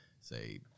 say